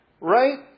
right